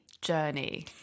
journey